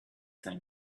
thing